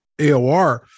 AOR